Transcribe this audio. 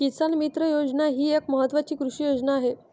किसान मित्र योजना ही एक महत्वाची कृषी योजना आहे